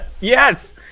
Yes